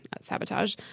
sabotage